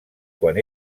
quan